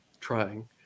trying